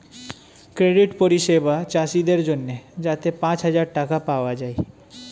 credit পরিষেবা চাষীদের জন্যে যাতে পাঁচ হাজার টাকা পাওয়া যায়